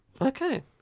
Okay